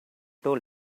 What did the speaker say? told